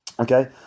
Okay